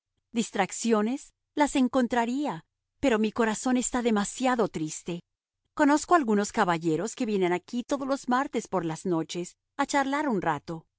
distracciones las encontraría pero mi corazón está demasiado triste conozco a algunos caballeros que vienen aquí todos los martes por la noche a charlar un rato